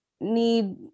need